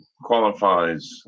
qualifies